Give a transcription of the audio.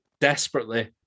desperately